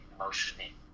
emotionally